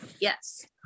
Yes